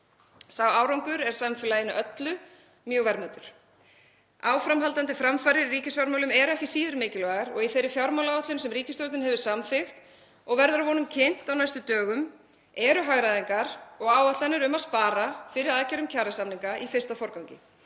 Sá árangur er samfélaginu öllu mjög verðmætur. Áframhaldandi framfarir í ríkisfjármálum eru ekki síður mikilvægar og í þeirri fjármálaáætlun sem ríkisstjórnin hefur samþykkt og verður að vonum kynnt á næstu dögum eru hagræðingar og áætlanir um að spara fyrir aðgerðum kjarasamninga í fyrsta forgangi.